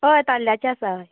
हय ताल्ल्याचें आसा हय